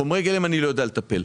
בחומרי גלם אני לא יודע לטפל.